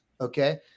okay